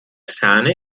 sahne